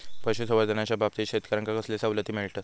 पशुसंवर्धनाच्याबाबतीत शेतकऱ्यांका कसले सवलती मिळतत?